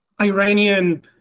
Iranian